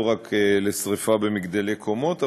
לא רק לשרפה במגדלי קומות.